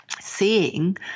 seeing